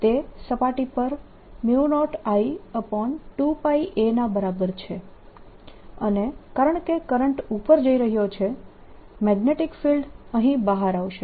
તે સપાટી પર 0I2πa ના બરાબર છે અને કારણકે કરંટ ઉપર જઈ રહ્યો છે મેગ્નેટીક ફિલ્ડ અહીં બહાર આવશે